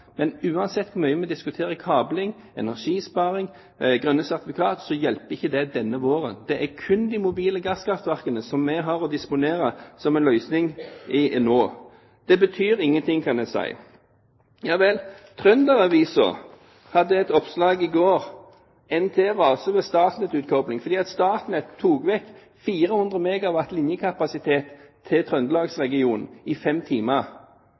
men uansett hvor mye vi diskuterer kabling, energisparing og grønne sertifikat, så hjelper ikke det denne våren. Det er kun de mobile gasskraftverkene som vi har å disponere, som er løsningen nå. De betyr ingenting, kan en si. Ja vel: Trønder-Avisa hadde et oppslag i går – «NTE raser over Statnett-utkobling» – fordi Statnett tok vekk 400 MW linjekapasitet til Trøndelags-regionen i fem timer.